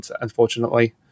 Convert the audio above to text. unfortunately